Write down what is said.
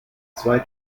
zwei